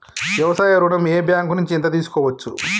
వ్యవసాయ ఋణం ఏ బ్యాంక్ నుంచి ఎంత తీసుకోవచ్చు?